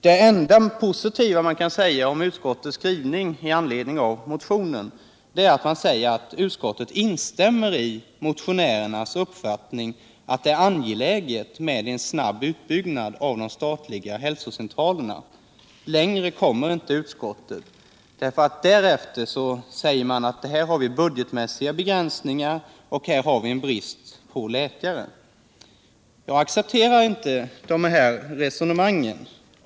Det enda positiva man kan säga om utskottets skrivning i anledning av motionen är att utskottet instämmer i motionärernas uppfattning att det är angeläget med en snabb utbyggnad av de statliga hälsocentralerna. Längre kommer inte utskottet. Därefter säger man nämligen att vi har budgetmässiga begränsningar och brist på läkare. Jag accepterar inte de här resonemangen.